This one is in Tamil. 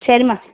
சரிமா